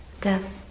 Death